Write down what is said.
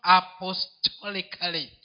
apostolically